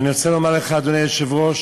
אני רוצה לומר לך, אדוני היושב-ראש,